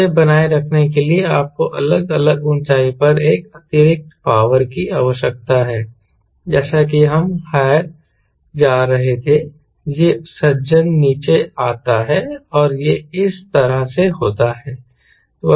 इसे बनाए रखने के लिए आपको अलग अलग ऊंचाई पर एक अतिरिक्त पावर की आवश्यकता है जैसा कि हम हायर और हायर जा रहे थे यह सज्जन नीचे आता है और यह इस तरह से होता है